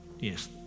Yes